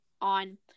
on